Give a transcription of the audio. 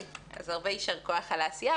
הרבה יישר כוח על העשייה.